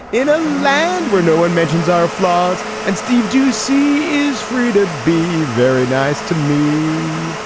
in a land where no one mentions our flaws and steve doocy is free to be very nice to me.